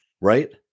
right